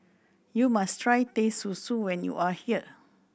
you must try Teh Susu when you are here